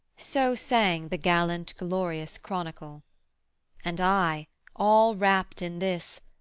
so sang the gallant glorious chronicle and, i all rapt in this,